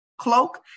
cloak